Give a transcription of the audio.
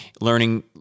Learning